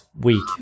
week